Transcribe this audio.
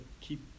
keep